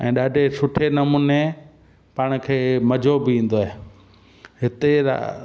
ऐं ॾाढे सुठे नमूने पाण खे मज़ो बि ईंदो आहे हिते रा